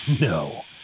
No